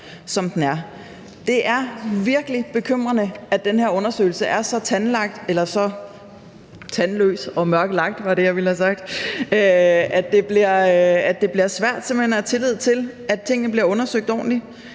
Det er virkelig bekymrende, at den her undersøgelse er så tandløs og mørklagt, at det simpelt hen bliver svært at have tillid til, at tingene bliver undersøgt ordentligt,